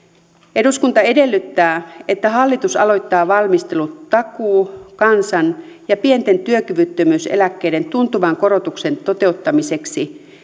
eduskunta edellyttää että hallitus aloittaa valmistelun takuu kansan ja pienten työkyvyttömyyseläkkeiden tuntuvan korotuksen toteuttamiseksi